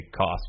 cost